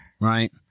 Right